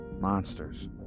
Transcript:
monsters